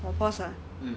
我 pause ah